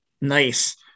Nice